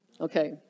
Okay